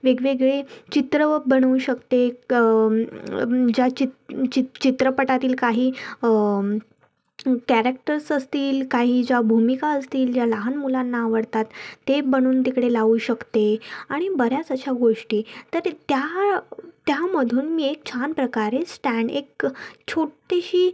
वेगवेगळे चित्र बनवू शकते ज्या चित चित चित्रपटातील काही कॅरेक्टर्स असतील काही ज्या भूमिका असतील ज्या लहान मुलांना आवडतात ते ते बनवून तिकडे लावू शकते आणि बऱ्याच अशा गोष्टी तर त्या त्यामधून मी एक छानप्रकारे स्टॅन्ड एक छोटीशी